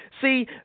See